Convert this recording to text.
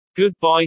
Goodbye